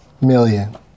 million